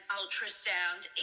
ultrasound